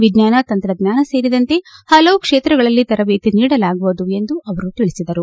ವಿಜ್ಞಾನ ತಂತ್ರಜ್ಞಾನ ಸೇರಿದಂತೆ ಹಲವು ಕ್ಷೇತ್ರಗಳಲ್ಲಿ ತರಬೇತಿ ನೀಡಲಾಗುವುದು ಎಂದು ಅವರು ತಿಳಿಸಿದರು